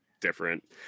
different